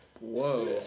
Whoa